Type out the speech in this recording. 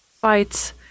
fights